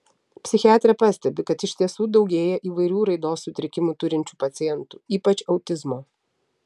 psichiatrė pastebi kad iš tiesų daugėja įvairių raidos sutrikimų turinčių pacientų ypač autizmo